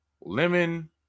lemon